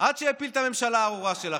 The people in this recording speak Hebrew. עד שהפיל את הממשלה הארורה שלכם.